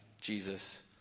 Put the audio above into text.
Jesus